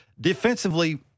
Defensively